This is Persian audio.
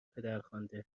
پدرخوانده